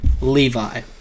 Levi